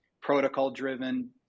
protocol-driven